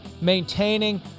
maintaining